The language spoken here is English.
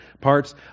parts